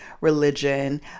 religion